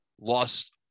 lost